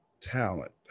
talent